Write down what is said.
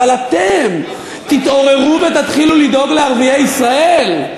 אבל אתם, תתעוררו ותתחילו לדאוג לערביי ישראל.